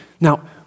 Now